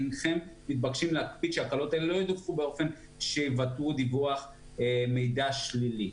הנכם מתבקשים להקפיד שההקלות האלה לא ידווחו באופן שיבטאו מידע שלילי.